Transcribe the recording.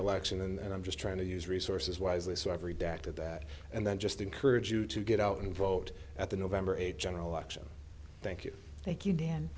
election and i'm just trying to use resources wisely so every day after that and then just encourage you to get out and vote at the november eighth general election thank you thank you dan